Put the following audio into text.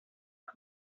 que